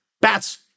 Bats